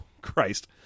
Christ